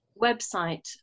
website